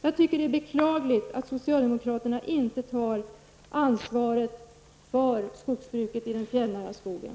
Jag tycker det är beklagligt att socialdemokraterna inte tar ansvaret för skogsbruket i den fjällnära skogen.